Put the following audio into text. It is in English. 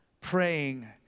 praying